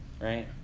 right